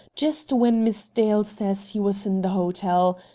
just when miss dale says he was in the hotel.